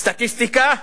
סטטיסטיקה: